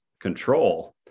control